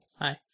Hi